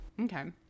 Okay